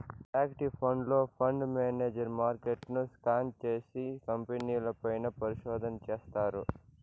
active ఫండ్లో, fund manager మార్కెట్ను scan చేసి, కంపెనీల పైన పరిశోధన చేస్తారు